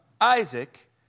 Isaac